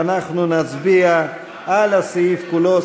ואנחנו נצביע על הסעיף כולו,